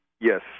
Yes